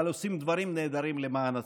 אבל עושים דברים נהדרים למען הציבור.